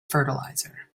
fertilizer